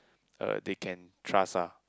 uh they can trust ah